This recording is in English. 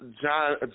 John